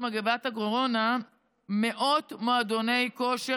את הנטל הרגולטורי על מכוני הכושר